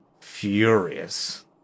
furious